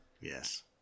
Yes